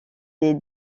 des